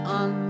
on